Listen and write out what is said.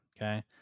Okay